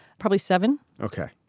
probably seven. ok.